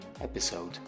episode